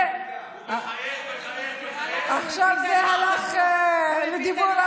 מחייך, מחייך, מחייך, עכשיו זה הלך לדיבור,